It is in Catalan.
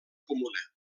comuna